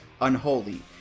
unholy